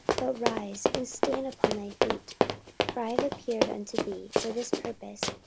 but rise, and stand upon thy feet for i have appeared unto thee for this purpose,